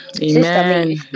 Amen